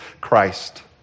Christ